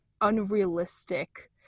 unrealistic